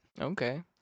Okay